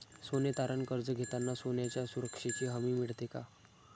सोने तारण कर्ज घेताना सोन्याच्या सुरक्षेची हमी मिळते का?